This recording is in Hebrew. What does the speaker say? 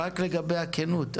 רק לגבי הכנות.